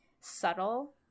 subtle